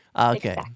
Okay